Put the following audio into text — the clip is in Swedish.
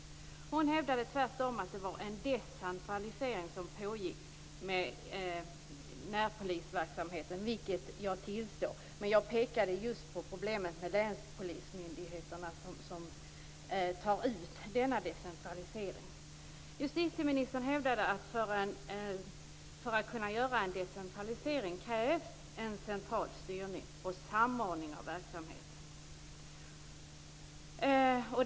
Hon hävdade tvärtom att det var decentralisering som pågick med närpolisverksamheten, vilket jag tillstår. Men jag pekade på problemet med länspolismyndigheterna som tar ut denna decentralisering. Justitieministern hävdade att det krävs en central styrning och samordning av verksamheten för att kunna göra en decentralisering.